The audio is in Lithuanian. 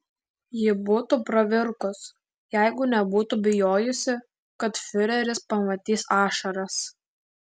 ji būtų pravirkus jeigu nebūtų bijojusi kad fiureris pamatys ašaras